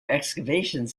excavations